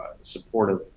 supportive